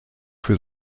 für